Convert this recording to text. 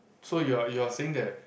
so you're you're saying that